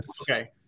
Okay